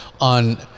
on